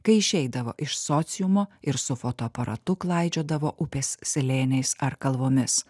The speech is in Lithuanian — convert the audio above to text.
kai išeidavo iš sociumo ir su fotoaparatu klaidžiodavo upės slėniais ar kalvomis